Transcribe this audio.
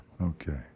Okay